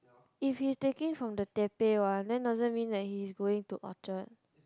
if he's taking from the Teppei one then doesn't mean that he is going to Orchard